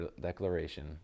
declaration